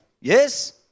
Yes